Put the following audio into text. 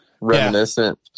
reminiscent